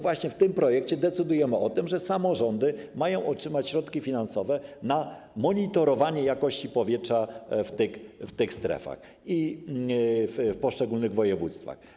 W tym projekcie decydujemy o tym, że samorządy mają otrzymać środki finansowe na monitorowanie jakości powietrza w tych strefach i w poszczególnych województwach.